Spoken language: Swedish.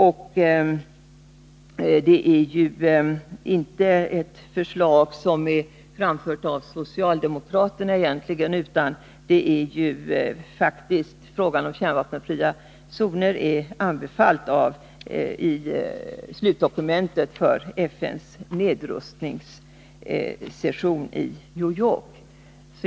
Förslaget om kärnvapenfri zon har inte framförts av socialdemokraterna, utan frågan om kärnvapenfria zoner är en gammal fråga, senast upptagen i slutdokumentet från FN:s nedrustningssession i New York.